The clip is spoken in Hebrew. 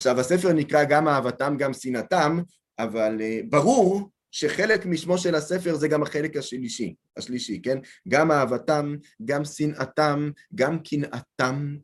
עכשיו, הספר נקרא "גם אהבתם, גם שנאתם", אבל ברור שחלק משמו של הספר זה גם החלק השלישי. השלישי, כן? גם אהבתם, גם שנאתם, גם קנאתם.